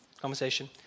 conversation